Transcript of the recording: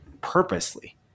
purposely